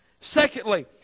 secondly